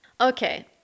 Okay